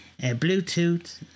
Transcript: Bluetooth